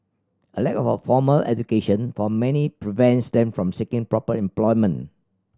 a lack of formal education for many prevents them from seeking proper employment